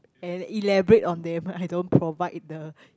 and elaborate on them I don't provide the